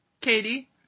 katie